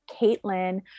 Caitlin